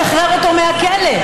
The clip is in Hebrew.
לשחרר אותו מהכלא.